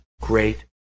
great